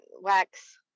wax